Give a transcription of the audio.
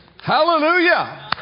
Hallelujah